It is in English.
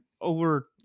over